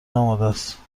آمادست